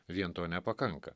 vien to nepakanka